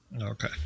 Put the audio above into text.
Okay